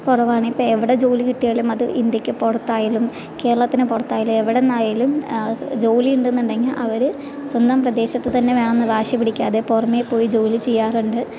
കുറവാണ് ഇപ്പോൾ എവിടെ ജോലി കിട്ടിയാലും അത് ഇന്ത്യയ്ക്ക് പുറത്തായാലും കേരളത്തിന് പുറത്തായാലും എവിടെ നിന്നായാലും ജോലി ഉണ്ടെന്നുണ്ടെങ്കിൽ അവർ സ്വന്തം പ്രദേശത്ത് തന്നെ വേണം എന്ന് വാശി പിടിക്കാതെ പുറമേ പോയി ജോലി ചെയ്യാറുണ്ട്